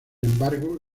embargo